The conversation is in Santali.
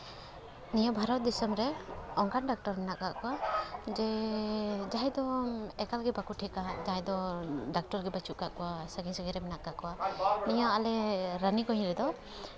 ᱱᱤᱭᱟᱹ ᱵᱷᱟᱨᱚᱛ ᱫᱤᱥᱚᱢ ᱨᱮ ᱚᱱᱠᱟᱱ ᱰᱟᱠᱴᱟᱨ ᱢᱮᱱᱟᱜ ᱠᱟᱜ ᱠᱚᱣᱟ ᱡᱟᱦᱟᱸᱭ ᱫᱚ ᱮᱠᱟᱞ ᱜᱮ ᱵᱟᱠᱚ ᱴᱷᱤᱠᱼᱟ ᱡᱟᱦᱟᱸᱭ ᱫᱚ ᱰᱚᱠᱴᱚᱨ ᱜᱮ ᱵᱟᱹᱪᱩᱜ ᱠᱟᱜ ᱠᱚᱣᱟ ᱥᱟᱺᱜᱤᱧ ᱥᱟᱺᱜᱤᱧ ᱨᱮ ᱢᱮᱱᱟᱜ ᱠᱟᱜ ᱠᱚᱣᱟ ᱱᱤᱭᱟᱹ ᱟᱞᱮ ᱨᱟᱱᱤᱜᱚᱡᱽ ᱨᱮᱫᱚ